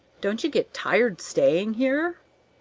don't you get tired staying here?